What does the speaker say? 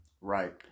Right